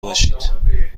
باشید